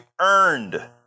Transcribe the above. earned